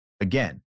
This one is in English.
Again